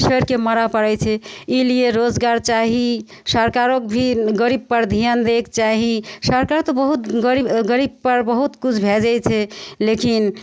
सड़िके मरऽ पड़य छै ई लिए रोजगार चाही सरकारोके भी गरीबपर ध्यान दैके चाही सरकार तऽ बहुत गरीब गरीबपर बहुत किछु भेजय छै लेकिन